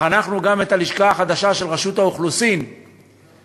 חנכנו גם את הלשכה החדשה של רשות האוכלוסין באילת,